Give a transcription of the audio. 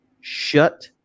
Shut